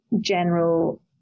general